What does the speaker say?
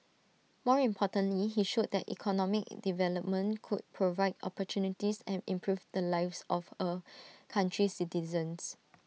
more importantly he showed that economic development could provide opportunities and improve the lives of A country's citizens